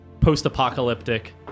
post-apocalyptic